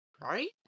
Right